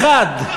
אחד,